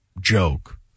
joke